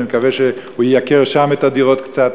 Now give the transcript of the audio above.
אני מקווה שהוא ייקר שם את הדירות קצת.